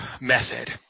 method